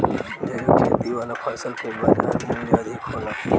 जैविक खेती वाला फसल के बाजार मूल्य अधिक होला